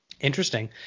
Interesting